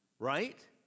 right